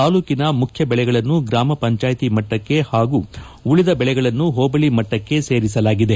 ತಾಲ್ಲೂಕಿನ ಮುಖ್ಯ ಬೆಳೆಗಳನ್ನು ಗ್ರಾಮ ಪಂಚಾಯಿತಿ ಮಟ್ಟಕ್ಕೆ ಹಾಗೂ ಉಳಿದ ಬೆಳೆಗಳನ್ನು ಹೋಬಳಿ ಮಟ್ಟಕ್ಕೆ ಸೇರಿಸಲಾಗಿದೆ